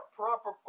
proper